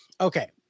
okay